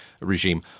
regime